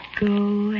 Go